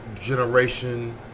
generation